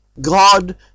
God